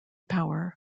power